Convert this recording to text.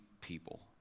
people